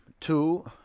two